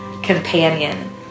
companion